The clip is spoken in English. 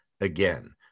again